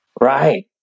Right